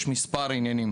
יש מספר עניינים